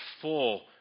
full